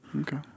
Okay